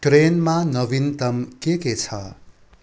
ट्रेनमा नवीनतम के के छ